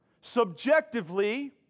subjectively